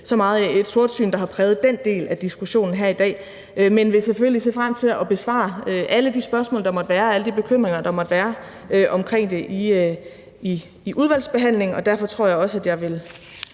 så meget er et sortsyn, der har præget den del af diskussionen her i dag. Men jeg vil selvfølgelig se frem til at besvare alle de spørgsmål, der måtte være, alle de bekymringer, der måtte være om det i udvalgsbehandlingen, og derfor tror jeg også, at jeg vil